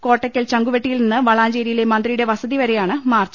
കോട്ടയ്ക്കൽ ചങ്കുവെട്ടിയിൽ നിന്ന് വളാഞ്ചേരിയിലെ മന്ത്രിയുടെ വസതി വരെയാണ് മാർച്ച്